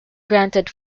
granted